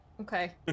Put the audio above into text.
Okay